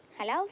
hello